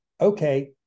okay